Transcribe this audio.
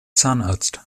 zahnarzt